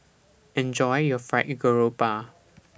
Enjoy your Fried Garoupa